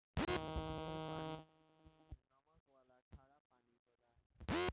ढेर पानी समुद्र मे नमक वाला खारा पानी होला